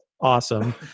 awesome